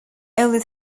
only